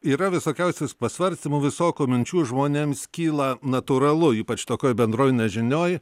yra visokiausių pasvarstymų visokių minčių žmonėms kyla natūralu ypač tokioj bendroj nežinioj